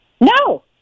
No